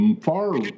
far